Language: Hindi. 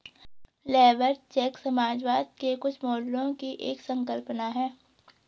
लेबर चेक समाजवाद के कुछ मॉडलों की एक संकल्पना है